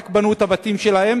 רק בנו את הבתים שלהם,